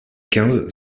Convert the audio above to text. quinze